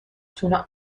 تون